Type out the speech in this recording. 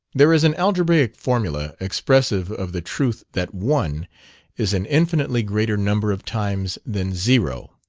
there is an algebraic formula expressive of the truth that one is an infinitely greater number of times than zero.